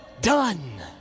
done